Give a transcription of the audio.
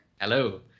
Hello